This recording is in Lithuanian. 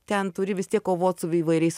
ten turi vis tiek kovot su įvairiais